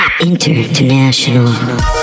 International